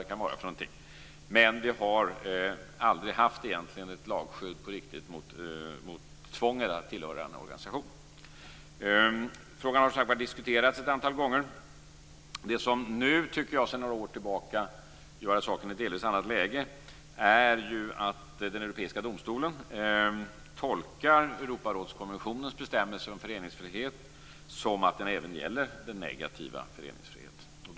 Men vi har egentligen aldrig på riktigt haft ett lagskydd mot tvånget att tillhöra en organisation. Frågan har som sagt var diskuterats ett antal gånger. Det som nu, tycker jag, sedan några år tillbaka gör att saken hamnat i ett delvis annat läge, är att den europeiska domstolen tolkar Europarådskonventionens bestämmelser om föreningsfrihet som att den även gäller den negativa föreningsfriheten.